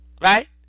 Right